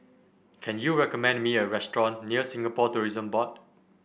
can you recommend me a restaurant near Singapore Tourism Board